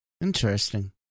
Interesting